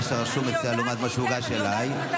מה שרשום אצלה לעומת מה שהוגש אליי.